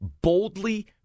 boldly